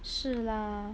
是 lah